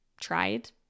tried